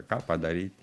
ką padaryt